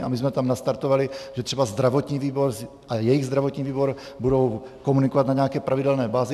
A my jsme tam nastartovali, že třeba zdravotní výbor a jejich zdravotní výbor budou komunikovat na nějaké pravidelné bázi.